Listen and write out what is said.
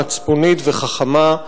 מצפונית וחכמה,